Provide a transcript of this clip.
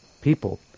people